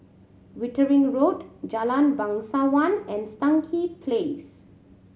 Wittering Road Jalan Bangsawan and Stangee Place